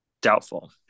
Doubtful